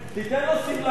תיתן לו שמלה.